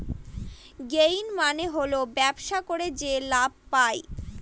gain মানে হল ব্যবসা করে যে লাভ পায়